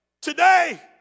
today